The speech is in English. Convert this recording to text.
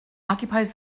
occupies